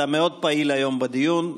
אתה מאוד פעיל היום בדיון.